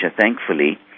thankfully